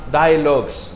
dialogues